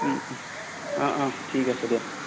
অঁ অঁ ঠিক আছে দিয়া